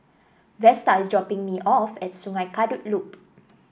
Vesta is dropping me off at Sungei Kadut Loop